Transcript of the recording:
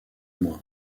mois